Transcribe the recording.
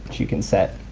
you can set.